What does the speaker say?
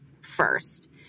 first